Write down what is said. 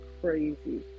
crazy